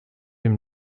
dem